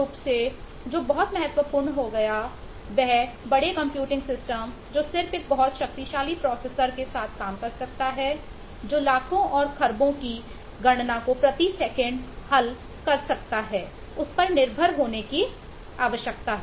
portability के साथ काम कर सकता है जो लाखों और खरबों की गणना को प्रति सेकंड हल करता है उस पर निर्भर होने के बजाय है